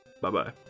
bye-bye